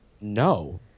No